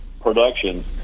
production